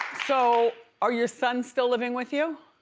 so are your sons still living with you?